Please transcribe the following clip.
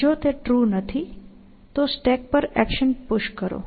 જો તે ટ્રુ નથી તો સ્ટેક પર એક્શન પુશ કરો